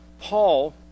Paul